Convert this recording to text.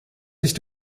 sich